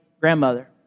grandmother